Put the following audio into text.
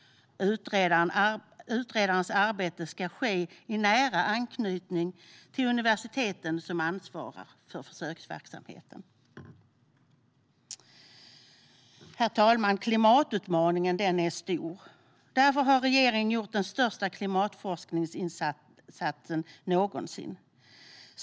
Utredarens arbete ska ske i nära anknytning till de universitet som ansvarar för försöksverksamheten. Herr talman! Klimatutmaningen är stor. Därför har regeringen gjort den största klimatforskningsinsatsen någonsin.